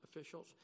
officials